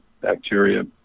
bacteria